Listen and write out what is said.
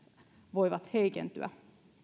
voivat heikentyä